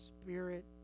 spirit